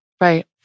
Right